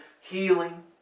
healing